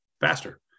faster